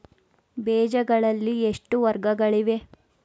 ಬೇಜಗಳಲ್ಲಿ ಎಷ್ಟು ವರ್ಗಗಳಿವೆ?